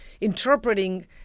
interpreting